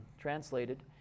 translated